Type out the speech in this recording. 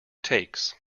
takes